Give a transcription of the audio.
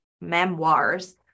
memoirs